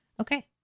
Okay